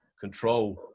control